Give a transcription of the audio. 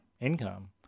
income